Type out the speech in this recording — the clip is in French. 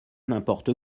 n’importe